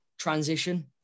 Transition